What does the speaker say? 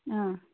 ಆಂ